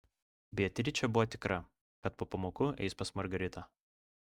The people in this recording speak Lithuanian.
beatričė buvo tikra kad po pamokų eis pas margaritą